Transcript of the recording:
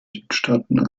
südstaaten